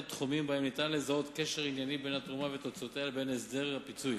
תחומים שבהם ניתן לזהות קשר ענייני בין התרומה ותוצאותיה ובין הסדר הפיצוי,